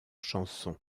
chansons